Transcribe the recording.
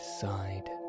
sighed